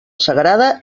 sagrada